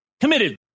committed